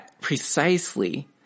precisely